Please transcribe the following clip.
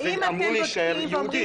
אז הוא אמור להישאר יהודי.